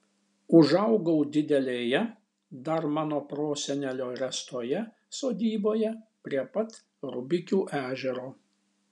užaugau didelėje dar mano prosenelio ręstoje sodyboje prie pat rubikių ežero